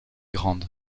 grandes